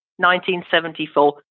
1974